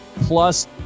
plus